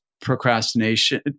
procrastination